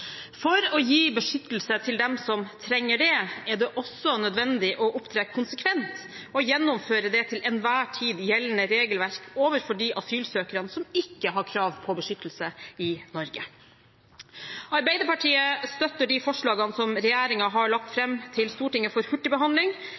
For å gi beskyttelse til dem som trenger det, er det også nødvendig å opptre konsekvent og gjennomføre det til enhver tid gjeldende regelverk overfor de asylsøkerne som ikke har krav på beskyttelse i Norge. Arbeiderpartiet støtter de forslagene som regjeringen har lagt fram for Stortinget for hurtigbehandling,